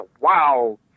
wow